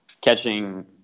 catching